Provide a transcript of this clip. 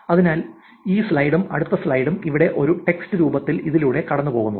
അതിനാൽ ഈ സ്ലൈഡും അടുത്ത സ്ലൈഡും ഇവിടെ ഒരു ടെക്സ്റ്റ് രൂപത്തിൽ ഇതിലൂടെ കടന്നുപോകുന്നു